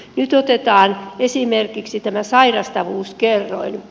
nyt otetaan esimerkiksi tämä sairastavuuskerroin